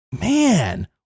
Man